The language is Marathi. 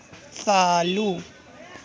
चालू